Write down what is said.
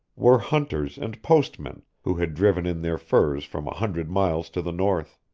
were hunters and post men who had driven in their furs from a hundred miles to the north.